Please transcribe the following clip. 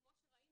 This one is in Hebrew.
כמו שראינו,